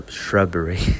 shrubbery